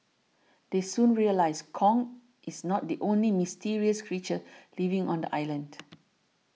they soon realise Kong is not the only mysterious creature living on the island